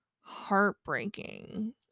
heartbreaking